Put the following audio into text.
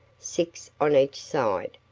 six on each side,